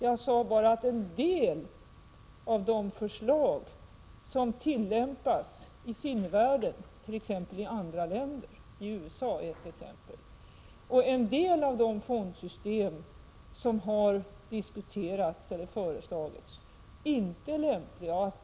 Jag sade bara att en del av de metoder som tillämpas i sinnevärlden i andra länder — USA är ett exempel — och en del av de fondsystem som föreslagits inte är lämpliga.